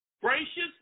gracious